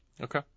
Okay